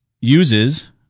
uses